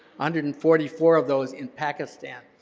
hundred and forty four of those in pakistan,